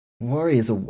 Warriors